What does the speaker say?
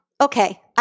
okay